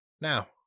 Now